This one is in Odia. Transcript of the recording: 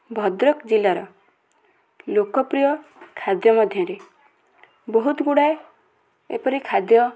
ଭଦ୍ରକ ଜିଲ୍ଲାର ଲୋକପ୍ରିୟ ଖାଦ୍ୟ ମଧ୍ୟରେ ବହୁତ ଗୁଡ଼ାଏ ଏପରି ଖାଦ୍ୟ